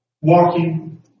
walking